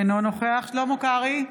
אינו נוכח שלמה קרעי,